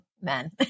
men